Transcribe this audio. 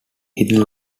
hidden